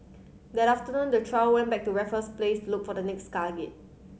that afternoon the trio went back to Raffles Place to look for the next target